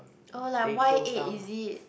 oh like why eight is it